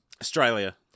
Australia